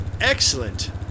Excellent